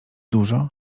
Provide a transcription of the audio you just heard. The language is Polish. dużo